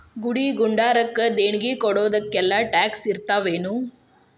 ಗುಡಿ ಗುಂಡಾರಕ್ಕ ದೇಣ್ಗಿ ಕೊಡೊದಕ್ಕೆಲ್ಲಾ ಟ್ಯಾಕ್ಸ್ ಇರ್ತಾವೆನು?